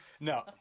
No